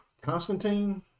Constantine